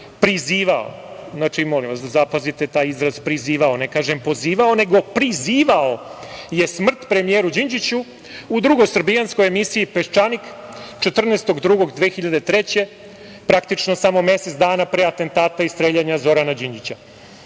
prizivao, molim vas da zapazite taj izraz "prizivao", ne kažem "pozivao" nego "prizivao", je smrt premijeru Đinđiću u drugosrbijanskoj emisiji "Peščanik", 14. 2. 2003. godine, praktično samo mesec dana pre atentata i streljanja Zorana Đinđića.